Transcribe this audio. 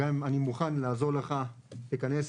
בנוסף, אני מוכן לעזור לך לכנס,